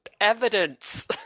evidence